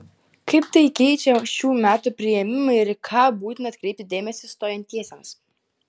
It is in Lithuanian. kaip tai keičią šių metų priėmimą ir į ką būtina atkreipti dėmesį stojantiesiems